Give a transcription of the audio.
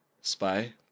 Spy